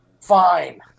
fine